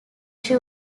she